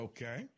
Okay